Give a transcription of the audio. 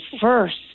first